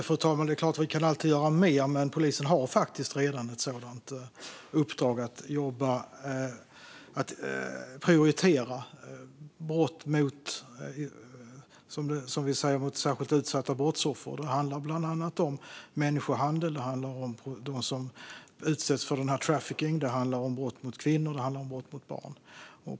Fru talman! Det är klart att vi alltid kan göra mer, men polisen har faktiskt redan ett sådant uppdrag att prioritera brott mot, som vi säger, särskilt utsatta brottsoffer. Det handlar bland annat om människohandel och dem som utsätts för trafficking, det handlar om brott mot kvinnor och det handlar om brott mot barn.